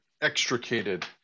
extricated